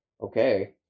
okay